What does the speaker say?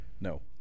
No